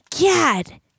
God